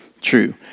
true